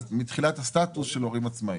אז מתחילת הסטטוס של הורים עצמאים.